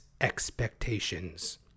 expectations